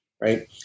right